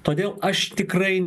todėl aš tikrai